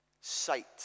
sight